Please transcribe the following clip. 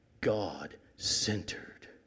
God-centered